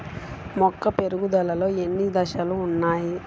మొక్క పెరుగుదలలో ఎన్ని దశలు వున్నాయి?